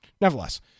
nevertheless